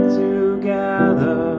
together